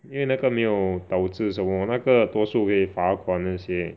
因为那个没有导致什么那个多数可以罚款这些